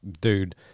Dude